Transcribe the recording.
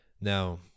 Now